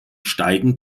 steigen